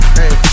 hey